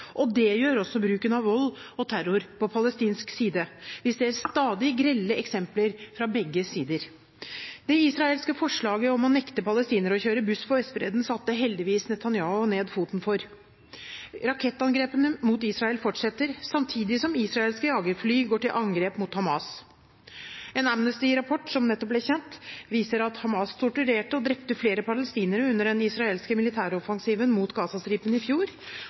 Det gjør også bruken av vold og terror på palestinsk side. Vi ser stadig grelle eksempler fra begge sider. Det israelske forslaget om å nekte palestinere å kjøre buss på Vestbredden satte heldigvis Netanyahu ned foten for. Rakettangrepene mot Israel fortsetter, samtidig som israelske jagerfly går til angrep mot Hamas. En Amnesty-rapport som nettopp ble kjent, viser at Hamas torturerte og drepte flere palestinere under den israelske militæroffensiven mot Gazastripen i fjor.